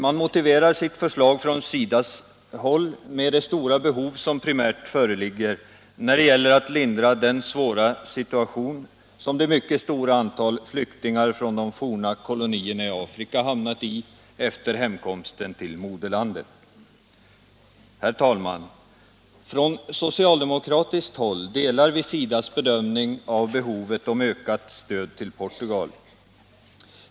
SIDA motiverar sitt förslag med det stora primära behovet att lindra den svåra situation som det mycket stora antalet flyktingar från de forna kolonierna i Afrika råkat i efter hemkomsten till moderlandet. Herr talman! På socialdemokratiskt håll delar vi SIDA:s bedömning av behovet av en ökning av stödet till Portugal.